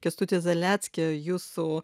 kęstutį zaleckį jūsų